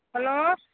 hello